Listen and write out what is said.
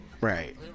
right